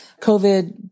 COVID